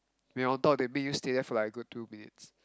when you on top they make you stay there for like a good two minutes